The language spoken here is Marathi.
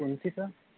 कोणती सर